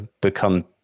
become